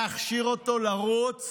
להכשיר אותו לרוץ